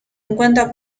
encuentra